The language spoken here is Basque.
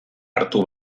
hartu